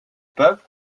pape